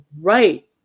right